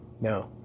No